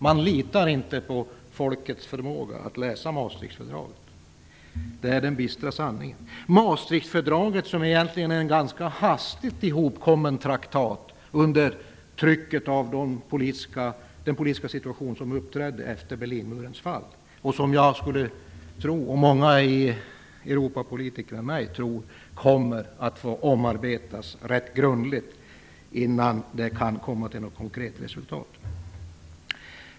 Man litar inte på folkets förmåga att läsa Maastrichtfördraget. Det är den bistra sanningen. Maastrichtfördraget är egentligen en ganska hastigt ihopkommen traktat under trycket av den politiska situation som uppträdde efter Berlinmurens fall. Jag och många Europapolitiker med mig tror att det kommer att få omarbetas rätt grundligt innan det kan leda till något konkret resultat.